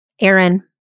Aaron